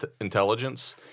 intelligence